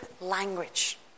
language